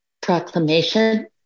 proclamation